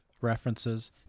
references